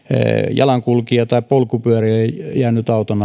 jalankulkija tai polkupyöräilijä jäänyt auton